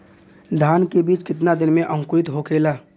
धान के बिज कितना दिन में अंकुरित होखेला?